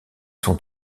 sont